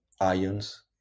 ions